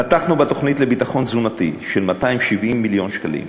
פתחנו בתוכנית לביטחון תזונתי של 270 מיליון שקלים,